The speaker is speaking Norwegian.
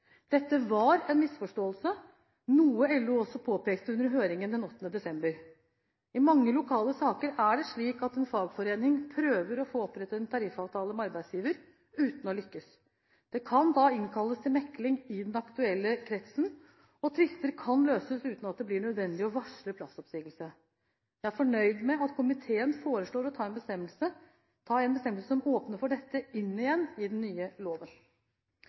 Dette var en misforståelse, noe LO også påpekte under høringen den 8. desember. I mange lokale saker er det slik at en fagforening prøver å få opprettet en tariffavtale med arbeidsgiver uten å lykkes. Det kan da innkalles til mekling i den aktuelle kretsen, og tvister kan løses uten at det blir nødvendig å varsle plassoppsigelse. Jeg er fornøyd med at komiteen foreslår å ta en bestemmelse som åpner for dette, inn igjen i den nye loven.